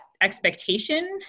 expectation